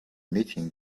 meeting